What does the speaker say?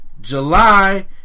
July